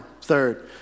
third